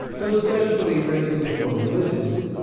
though specially written for religious,